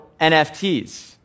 NFTs